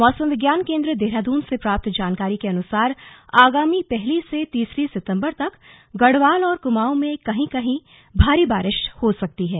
मौसम विज्ञान केंद्र देहरादून से प्राप्त जानकारी के अनुसार आगामी पहली से तीसरी सितंबर तक गढ़वाल और कुमांऊ में कहीं कहीं भारी बारिश हो सकती है